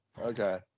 Okay